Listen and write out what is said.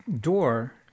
door